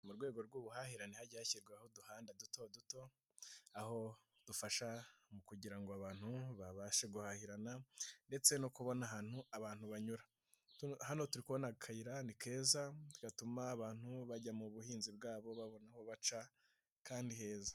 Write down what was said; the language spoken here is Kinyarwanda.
Mu rwego rw'ubuhahirane hagiye hashyirwaho uduhanda duto duto, aho dufasha mu kugirango abantu babashe guhahirana, ndetse no kubona ahantu abantu banyura. Hano turi kubona akayira ni keza gatuma abantu bajya mu buhinzi bwabo babona aho baca kandi heza.